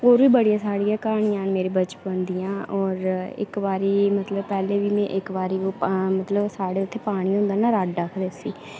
होर बी बड़ियां सारियां क्हानियां न मेरे बचपन दियां और इक बारी पैह्लें बी पैह्लें में इक बारी मतलब साढ़े उत्थै पानी होंदा निं रड्ड आखदे उसी